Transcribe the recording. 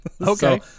Okay